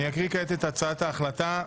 אקריא כעת את הצעת ההחלטה.